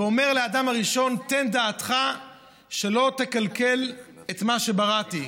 ואומר לאדם הראשון: תן דעתך שלא תקלקל את מה שבראתי.